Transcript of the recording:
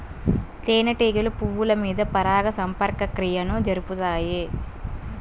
తేనెటీగలు పువ్వుల మీద పరాగ సంపర్క క్రియను జరుపుతాయి